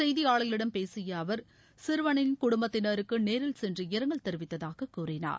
செய்தியாளர்களிடம் பேசிய அவர் சிறுவனின் குடும்பத்தினருக்கு நேரில் சென்று இரங்கல் தெரிவித்ததாக கூறினார்